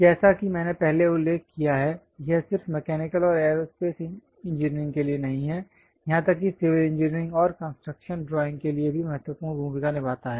जैसा कि मैंने पहले उल्लेख किया है यह सिर्फ मैकेनिकल और एयरोस्पेस इंजीनियरिंग के लिए नहीं है यहां तक कि सिविल इंजीनियरिंग और कंस्ट्रक्शन ड्राइंग के लिए भी महत्वपूर्ण भूमिका निभाता है